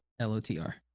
l-o-t-r